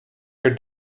your